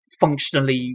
functionally